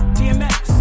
dmx